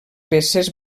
peces